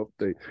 update